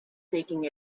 taking